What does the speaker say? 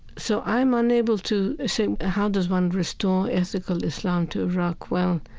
so i'm unable to say how does one restore ethical islam to iraq. well,